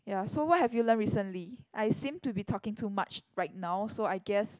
ya so what have you learnt recently I seem to be talking too much right now so I guess